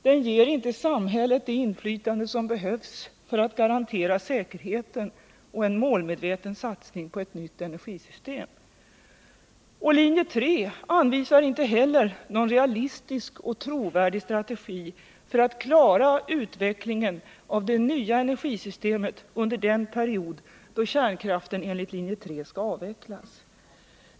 Den ger inte samhället det inflytande som behövs för att garantera säkerheten och en målmedveten satsning på ett nytt energisystem. Linje 3 anvisar inte heller någon realistisk och trovärdig strategi för att klara utvecklingen av det nya energisystemet under den period då kärnkraften enligt linje 3 skall avvecklas.